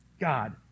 God